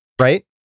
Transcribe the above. right